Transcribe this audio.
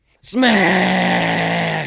Smash